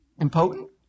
Impotent